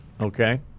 Okay